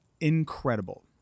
incredible